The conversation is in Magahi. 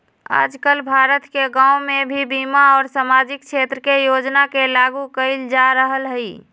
आजकल भारत के गांव में भी बीमा और सामाजिक क्षेत्र के योजना के लागू कइल जा रहल हई